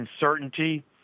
uncertainty